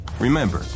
Remember